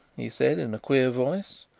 he said in a queer voice,